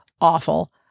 awful